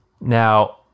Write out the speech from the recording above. Now